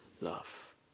love